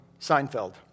Seinfeld